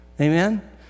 Amen